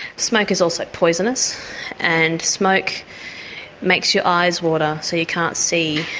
smoke is also poisonous and smoke makes your eyes water so you can't see.